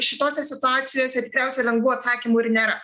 šitose situacijose tikriausia lengvų atsakymų ir nėra